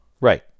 Right